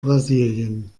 brasilien